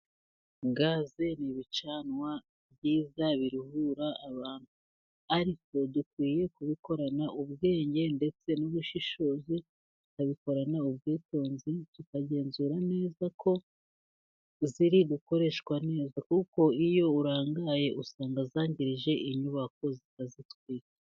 Gaze ni ibicanwa byiza biruhura abantu, ariko dukwiye kubikorana ubwenge ndetse n'ubushishozi, tukabikorana ubwitonzi tukagenzura neza ko ziri bukoreshwa neza, kuko iyo urangaye usanga zangirije inyubako zikazitwika.